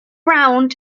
round